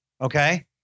okay